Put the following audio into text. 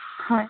হয়